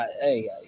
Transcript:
hey